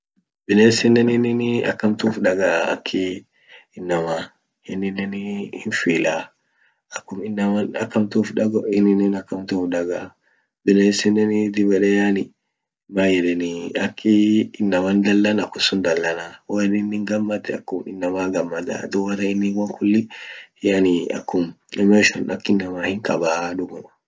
Binesin ininenii ak hamtu uf dagaa aki inamaa ,inenii hin feel laa akum inaman ak hamtu uf dago inin ak hamtu uf dagaa bines inin dib yede yani man yedenii akii inaman danlan akumsun danlanaa hoinin gamad akum inamaa gammadaa dubatan inin wonkuli yani akum emotion ak inama hinqabaa duguma.